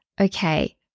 okay